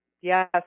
Yes